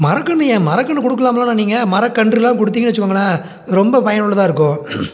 மர கன்று ஏன் மர கன்று கொடுக்கலாமுலண்ணா நீங்கள் ஏன் மர கன்றுலாம் கொடுத்தீகனு வச்சிகோங்களேன் ரொம்ப பயன்னுள்ளதாக இருக்கும் சு